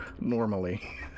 normally